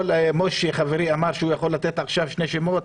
משה אבוטבול חברי אמר שהוא יכול לתת עכשיו שני שמות.